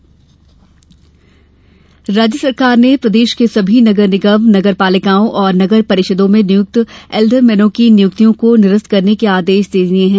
मनोनयन निरस्त राज्य शासन ने प्रदेश के सभी नगर निगम नगर पालिकाओं और नगर परिषदों में नियुक्त एल्डरमेनों की नियुक्तियों को निरस्त करने के आदेश दिये हैं